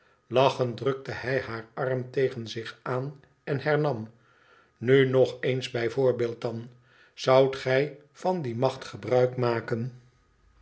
lachend drukte hij haar arm tegen zich aan en hernam nu nog eens bij voorbeeld dan zoudt gij van die macht gebruik maken